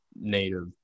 native